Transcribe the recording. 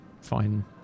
fine